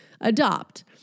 adopt